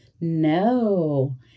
No